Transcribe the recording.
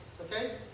Okay